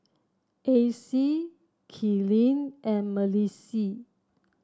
Acey Kaylyn and Malissie